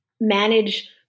manage